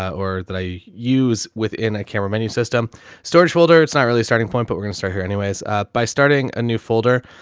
or that i use within a camera menu system storage folder. folder. it's not really a starting point, but we're gonna start here anyways by starting a new folder.